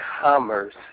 commerce